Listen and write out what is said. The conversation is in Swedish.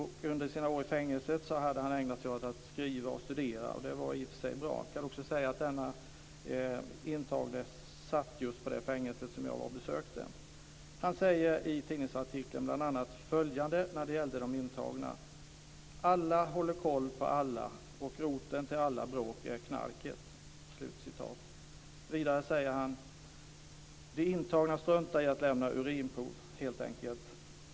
Under sina år i fängelset hade han ägnat sig åt att skriva och studera. Det var i och för sig bra. Jag kan också säga att denne intagne satt just på det fängelse som jag besökte. Han säger i tidningsartikeln bl.a. följande när det gällde de intagna: Alla håller koll på alla, och roten till alla bråk är knarket. Vidare säger han: De intagna struntar i att lämna urinprov helt enkelt.